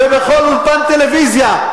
ובכל אולפן טלוויזיה,